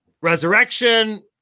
resurrection